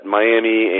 Miami